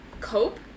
cope